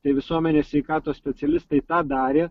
tai visuomenės sveikatos specialistai tą darė